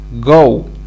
go